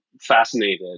fascinated